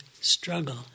struggle